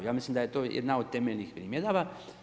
Ja mislim da je to jedna od temeljnih primjedaba.